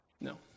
No